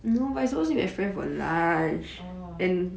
orh